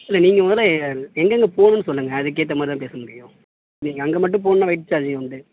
இல்லை நீங்கள் முதல்ல எங்கெங்கே போகணும்னு சொல்லுங்கள் அதுக்கேற்ற மாதிரிதான் பேச முடியும் நீங்கள் அங்கே மட்டும் போகணுனா வெயிட் சார்ஜு உண்டு